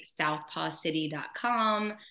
southpawcity.com